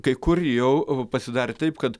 kai kur jau pasidarė taip kad